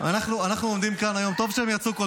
מה שאנחנו עושים פה זה לייבש כסף